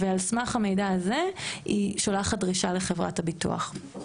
ועל סמך המידע הזה היא שולחת דרישה לחברת הביטוח.